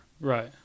Right